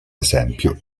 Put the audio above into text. esempio